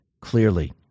clearly